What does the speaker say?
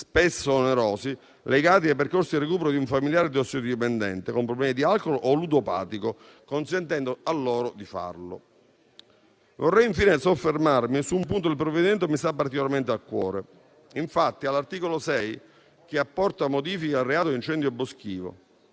spesso onerosi, legati ai percorsi di recupero di un familiare tossicodipendente, con problemi di alcol o ludopatico, consentendo loro di farlo. Vorrei, infine, soffermarmi su un punto del provvedimento che mi sta particolarmente a cuore: l'articolo 6, che apporta modifiche al reato di incendio boschivo.